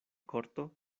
korto